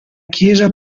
chiesa